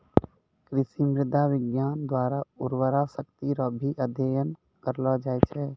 कृषि मृदा विज्ञान द्वारा उर्वरा शक्ति रो भी अध्ययन करलो जाय छै